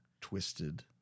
twisted